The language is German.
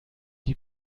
die